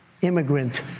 immigrant